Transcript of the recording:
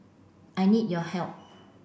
I need your help